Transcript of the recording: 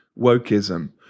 wokeism